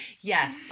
Yes